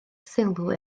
sylw